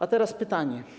A teraz pytanie.